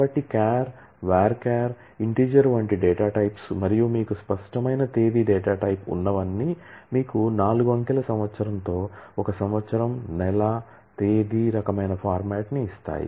కాబట్టి char integer వంటి data types మరియు మీకు స్పష్టమైన తేదీ డేటా టైప్ ఉన్నవన్నీ మీకు నాలుగు అంకెల సంవత్సరంతో ఒక సంవత్సరం నెల తేదీ రకమైన ఫార్మాట్ ని ఇస్తాయి